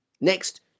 next